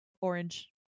orange